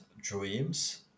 dreams